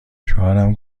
شوهرم